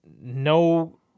no